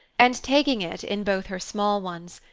and, taking it in both her small ones,